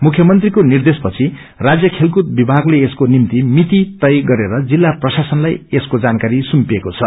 मुख्यमंत्रीको निद्रेशपछि राज्य खेलकूद विभागले यसको निम्ति मिति तय गरेर जिल्ला प्रशासनलाई यसको जानकारी सुम्पिएको छ